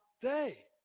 day